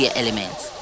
elements